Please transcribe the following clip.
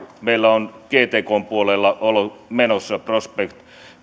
meillä on myös gtkn puolella ollut menossa prospect